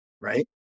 right